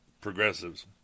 progressives